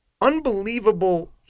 unbelievable